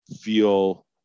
feel